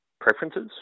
preferences